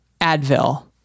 Advil